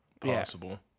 possible